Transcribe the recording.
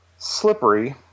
Slippery